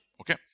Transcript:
Okay